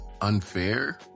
unfair